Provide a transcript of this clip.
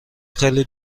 خیلی